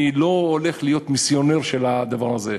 אני לא הולך להיות מיסיונר של הדבר הזה,